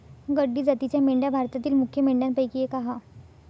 गड्डी जातीच्या मेंढ्या भारतातील मुख्य मेंढ्यांपैकी एक आह